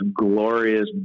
glorious